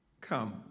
come